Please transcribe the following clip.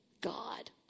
God